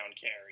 carry